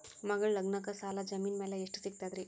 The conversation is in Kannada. ಮಗಳ ಲಗ್ನಕ್ಕ ಸಾಲ ಜಮೀನ ಮ್ಯಾಲ ಎಷ್ಟ ಸಿಗ್ತದ್ರಿ?